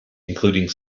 including